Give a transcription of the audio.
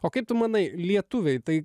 o kaip tu manai lietuviai tai